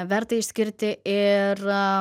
verta išskirti ir